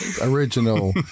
original